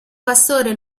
pastore